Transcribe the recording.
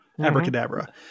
Abracadabra